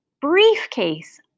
Briefcase